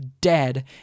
dead